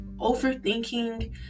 overthinking